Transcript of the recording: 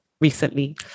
recently